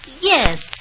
yes